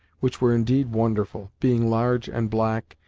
which were indeed wonderful, being large and black,